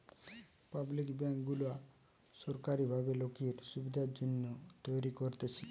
public bank গুলা সোরকারী ভাবে লোকের সুবিধার জন্যে তৈরী করতেছে